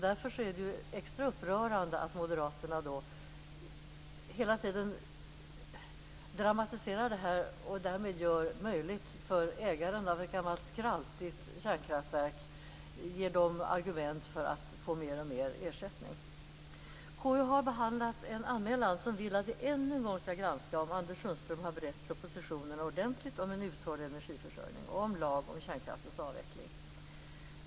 Därför är det extra upprörande att moderaterna hela tiden dramatiserar det här och därmed ger ägaren till ett gammalt skraltigt kärnkraftverk argument att få mer och mer ersättning KU har behandlat en anmälan där man vill att vi ännu en gång skall granska om Anders Sundström har berett propositionerna ordentlig om en uthållig energiförsörjning och om lagen om kärnkraftens avveckling.